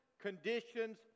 conditions